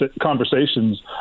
conversations